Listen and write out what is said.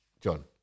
John